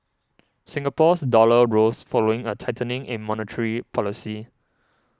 Singapore's dollar rose following a tightening in monetary policy